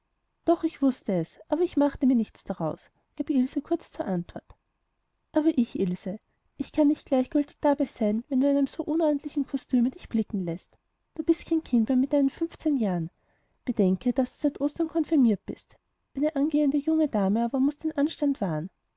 doch ich wußte es aber ich mache mir nichts daraus gab ilse kurz zur antwort aber ich ilse ich kann nicht gleichgültig dabei sein wenn du in einem so unordentlichen kostüme dich blicken läßt du bist kein kind mehr mit deinen fünfzehn jahren bedenke daß du seit ostern konfirmiert bist eine angehende junge dame aber muß den anstand wahren